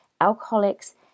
alcoholics